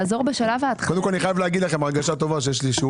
קודם כל אני חייב להגיד הרגשה טובה שיש לי פה שיעור